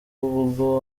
ubwo